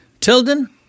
Tilden